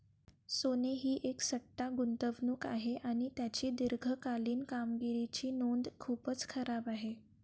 सोने ही एक सट्टा गुंतवणूक आहे आणि त्याची दीर्घकालीन कामगिरीची नोंद खूपच खराब आहे